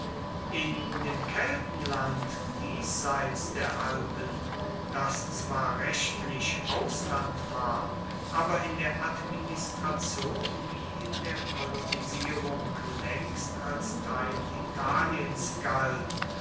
in dem kettenland diesseits der alpen das zwar rechtlich ausland war aber in der administration wie in der kolonisierung längst als teil italiens galt